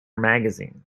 magazine